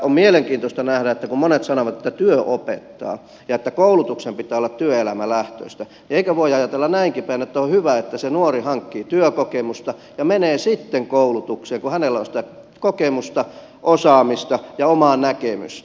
on mielenkiintoista nähdä kun monet sanovat että työ opettaa ja että koulutuksen pitää olla työelämälähtöistä niin eikö voi ajatella näinkinpäin että on hyvä että se nuori hankkii työkokemusta ja menee sitten koulutukseen kun hänellä on sitä kokemusta osaamista ja omaa näkemystä